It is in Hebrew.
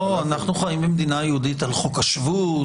אנחנו חיים במדינה יהודית על חוק השבות,